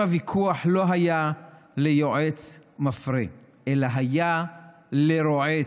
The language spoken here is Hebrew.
הוויכוח לא היה ליועץ מפרה אלא היה לרועץ,